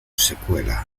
secuela